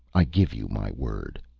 i give you my word.